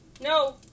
No